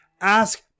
ask